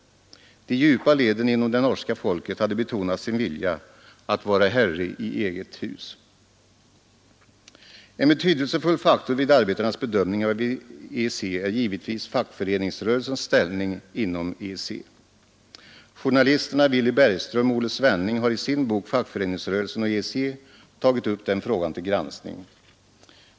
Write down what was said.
De djupa leden inom det norska folket hade betonat sin vilja att vara herre i eget hus. En betydelsefull faktor i arbetarnas bedömning av EEC är givetvis fackföreningsrörelsens ställning inom EEC. Journalisterna Villy Berg ström och Olle Svenning har i sin bok Fackföreningsrörelsen och EEC tagit upp den frågan till granskning.